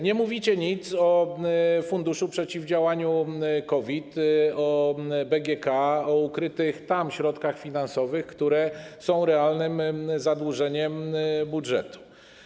Nie mówicie nic o Funduszu Przeciwdziałania COVID-19, o BGK, o ukrytych tam środkach finansowych, które są realnym zadłużeniem budżetu.